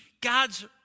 God's